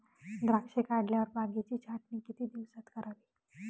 द्राक्षे काढल्यावर बागेची छाटणी किती दिवसात करावी?